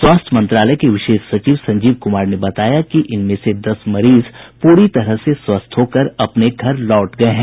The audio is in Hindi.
स्वास्थ्य मंत्रालय के विशेष सचिव संजीव कुमार ने बताया कि इनमें से दस मरीज पूरी तरह से स्वस्थ्य होकर अपने घर लौट गये हैं